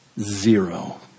zero